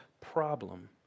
problem